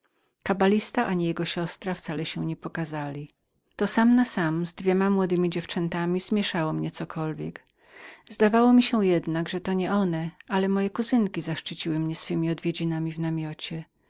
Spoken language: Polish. kabalista ani jego siostra wcale się nie pokazali to sam na sam z dwoma młodemi dziewczętami zmięszało mnie cokolwiek zdawało mi się jednak że to nie one ale moje kuzynki zaszczyciły mnie swemi odwiedzinami w namiocie